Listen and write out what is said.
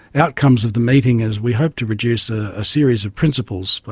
outcomes of the meeting is we hope to produce a ah series of principles, but